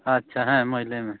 ᱟᱪᱪᱷᱟ ᱦᱮᱸ ᱢᱟᱹᱭ ᱞᱟᱹᱭᱢᱮ